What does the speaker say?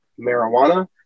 marijuana